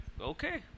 okay